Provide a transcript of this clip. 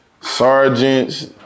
sergeants